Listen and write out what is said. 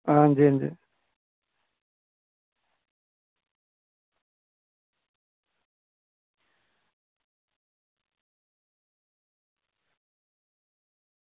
आं जी आं जी